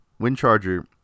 Windcharger